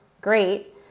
great